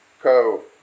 Co